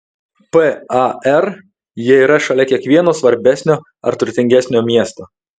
par jie yra šalia kiekvieno svarbesnio ar turtingesnio miesto